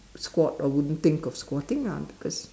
squat or wouldn't think of squatting lah because